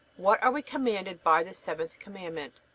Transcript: what are we commanded by the seventh commandment?